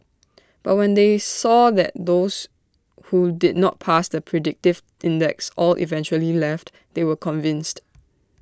but when they saw that those who did not pass the predictive index all eventually left they were convinced